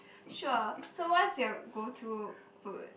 sure so what's your go to food